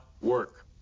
work